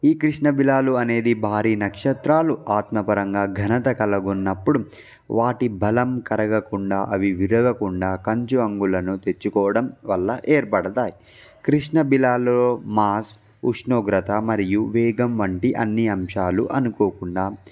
ఈ కృష్ణబిలాలు అనేది భారీ నక్షత్రాలు ఆత్మపరంగా ఘనత కలగున్నప్పుడు వాటి బలం కరగకుండా అవి విరగకుండా కంచు అంచులను తెచ్చుకోవడం వల్ల ఏర్పడతాయి కృష్ణబిలాలలో మాస్ ఉష్ణోగ్రత మరియు వేగం వంటి అన్ని అంశాలు అనుకోకుండా